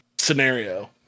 scenario